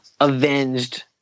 avenged